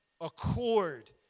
accord